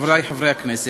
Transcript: חברי חברי הכנסת,